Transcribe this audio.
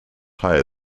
higher